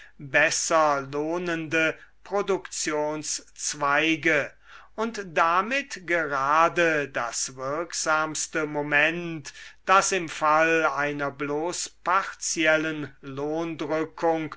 besser lohnende produktionszweige und damit gerade das wirksamste moment das im fall einer bloß partiellen